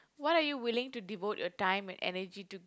what are you willing to devote your time and energy to